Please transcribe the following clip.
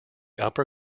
upper